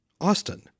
Austin